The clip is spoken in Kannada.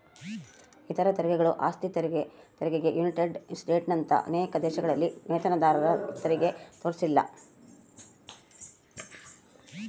ಇತರ ತೆರಿಗೆಗಳು ಆಸ್ತಿ ತೆರಿಗೆ ಯುನೈಟೆಡ್ ಸ್ಟೇಟ್ಸ್ನಂತ ಅನೇಕ ದೇಶಗಳಲ್ಲಿ ವೇತನದಾರರತೆರಿಗೆ ತೋರಿಸಿಲ್ಲ